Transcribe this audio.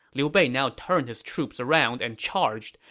liu bei now turned his troops around and charged.